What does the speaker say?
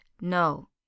no